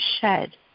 shed